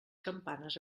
campanes